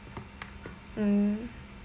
mm